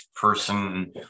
person